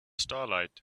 starlight